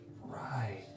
Right